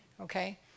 okay